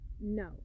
no